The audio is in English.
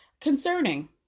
concerning